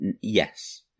Yes